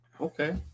okay